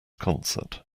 concert